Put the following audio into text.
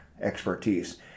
expertise